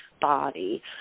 body